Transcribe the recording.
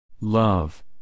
Love